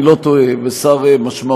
אני לא טועה, ושר משמעותי,